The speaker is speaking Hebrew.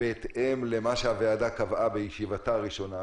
בהתאם למה שהוועדה קבעה בישיבתה הראשונה,